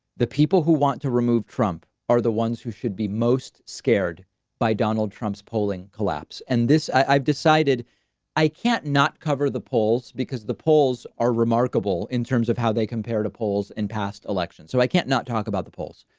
the people who want to remove trump are the ones who should be most scared by donald trump's polling collapse. and this i've decided i can't not cover the polls because the polls are remarkable in terms of how they compare to polls in past elections. so i can't not talk about the polls,